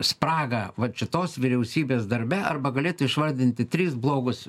spragą vat šitos vyriausybės darbe arba galėtų išvardinti tris blogus